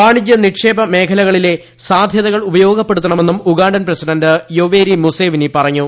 വാണിജൃ നിക്ഷേപ മേഖലകളിലെ സാധ്യതകൾ ഉപയോഗപ്പെടുത്തണമെന്നും Ugandan president Yoweri Museveni പറഞ്ഞു